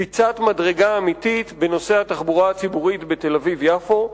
קפיצת מדרגה אמיתית בנושא התחבורה הציבורית בתל-אביב יפו.